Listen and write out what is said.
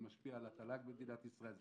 זה משפיע על התל"ג במדינת ישראל,